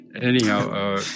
anyhow